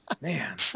Man